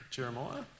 Jeremiah